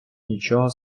нічого